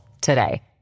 today